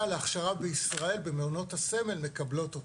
להכשרה בישראל במעונות הסמל מקבלות אותה.